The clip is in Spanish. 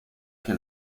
que